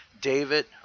David